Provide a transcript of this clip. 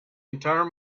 entire